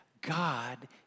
God